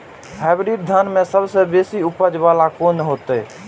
Hybrid धान में सबसे बेसी उपज बाला कोन हेते?